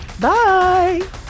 Bye